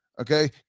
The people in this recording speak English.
Okay